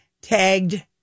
tagged